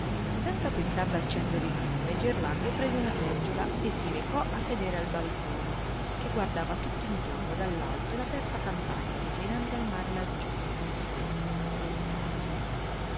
senza pensar d'accendere il lume gerlando prese una seggiola e si recò a sedere al balcone che guardava tutt'intorno dall'alto l'aperta campagna declinante al mare laggiù in fondo lontano